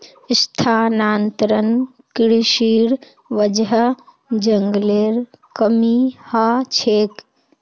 स्थानांतरण कृशिर वजह जंगलेर कमी ह छेक